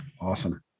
Awesome